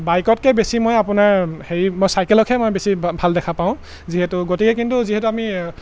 বাইকতকৈ বেছি মই আপোনাৰ হেৰি মই চাইকেলকহে মই বেছি ভাল দেখা পাওঁ যিহেতু গতিকে কিন্তু যিহেতু আমি